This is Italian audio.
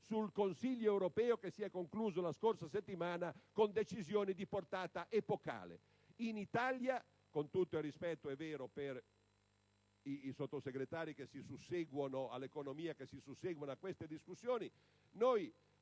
sul Consiglio europeo conclusosi la scorsa settimana con decisioni di portata epocale. In Italia, con tutto il rispetto per i Sottosegretari per l'economia che si susseguono a queste discussioni, noi